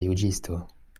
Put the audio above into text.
juĝisto